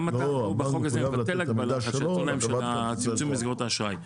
גם אתה בחוק הזה נותן הגבלה של הצמצום במסגרות האשראי.